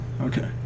Okay